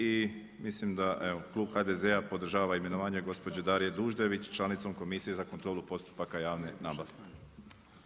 I mislim da evo, klub HDZ-a podržava imenovanje gospođe Darije Duždević članicom Komisije za kontrolu postupaka javne nabave.